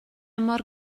mor